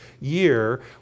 year